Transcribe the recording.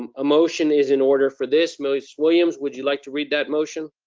um a motion is in order for this. miss williams, would you like to read that motion?